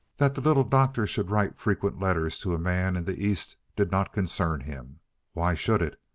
that the little doctor should write frequent letters to a man in the east did not concern him why should it?